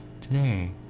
today